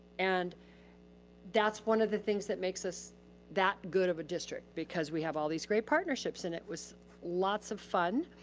and that's one of the things that makes us that good of a district because we have all these great partnerships. and it was lots of fun.